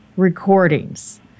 Recordings